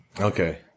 Okay